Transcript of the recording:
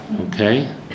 okay